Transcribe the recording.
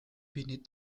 beneath